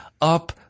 up